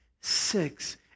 six